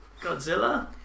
Godzilla